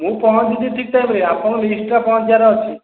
ମୁଁ ପହଞ୍ଚିବି ଠିକ୍ ଟାଇମ୍ରେ ଆପଣ ଲିଷ୍ଟ୍ଟା ପହଞ୍ଚିବାରଅଛି